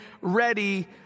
ready